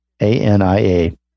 A-N-I-A